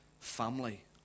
family